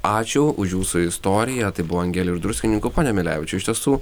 ačiū už jūsų istoriją tai buvo angelė iš druskininkų ponia milevičiui iš tiesų